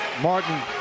Martin